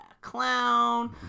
clown